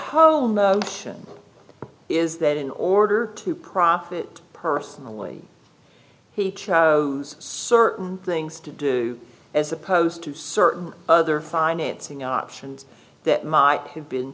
whole notion is that in order to profit personally he chose certain things to do as opposed to certain other financing options that might have been